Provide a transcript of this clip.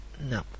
No